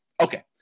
Okay